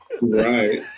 Right